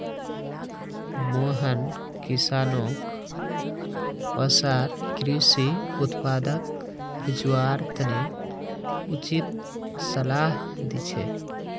मोहन किसानोंक वसार कृषि उत्पादक बेचवार तने उचित सलाह दी छे